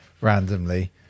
randomly